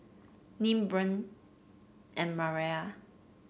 Nim Bynum and Maria